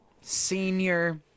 senior